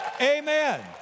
Amen